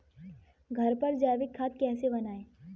घर पर जैविक खाद कैसे बनाएँ?